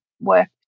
work